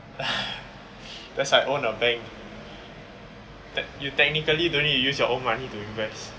that's like own a bank you technically don't need to use your own money to invest